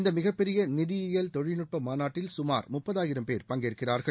இந்த மிகப்பெரிய நிதியியல் தொழில்நுட்ப மாநாட்டில் சுமார் முப்பதாயிரம் பேர் பங்கேற்கிறார்கள்